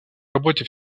работе